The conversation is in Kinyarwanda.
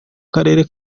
karere